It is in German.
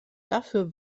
dafür